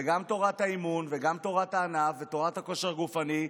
וגם תורת האימון וגם תורת הענף ותורת הכושר הגופני,